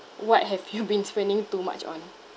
what have you been spending too much on